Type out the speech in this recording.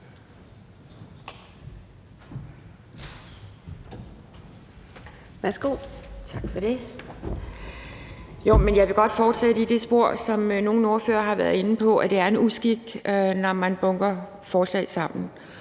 Jeg vil godt fortsætte i det spor, som nogle ordførere har været inde på, nemlig at det er en uskik, når man bunker forslag sammen.